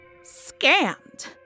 Scammed